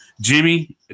jimmy